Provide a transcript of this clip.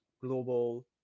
global